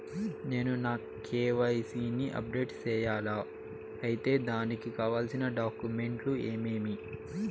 నేను నా కె.వై.సి ని అప్డేట్ సేయాలా? అయితే దానికి కావాల్సిన డాక్యుమెంట్లు ఏమేమీ?